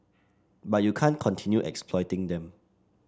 but you can't continue exploiting them